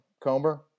Comber